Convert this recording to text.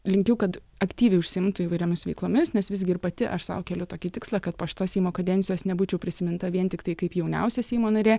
linkiu kad aktyviai užsiimtų įvairiomis veiklomis nes visgi ir pati aš sau keliu tokį tikslą kad po šitos seimo kadencijos nebūčiau prisiminta vien tiktai kaip jauniausia seimo narė